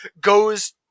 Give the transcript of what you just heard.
goes